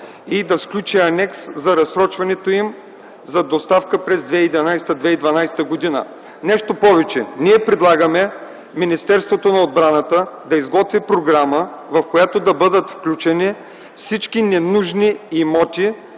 и да сключи анекс за разсрочването им за доставка през 2011-2012 г. Нещо повече – ние предлагаме Министерството на отбраната да изготви програма, в която да бъдат включени всички ненужни имоти